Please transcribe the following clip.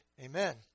Amen